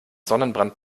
sonnenbrand